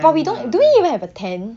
but we don't do we even have a tent